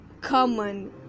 common